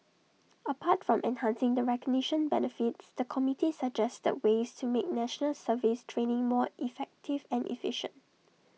apart from enhancing the recognition benefits the committee suggested ways to make National Service training more effective and efficient